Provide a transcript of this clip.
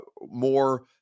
more